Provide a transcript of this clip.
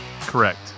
correct